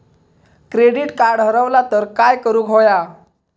Credit card हरवला तर काय करुक होया?